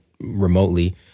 remotely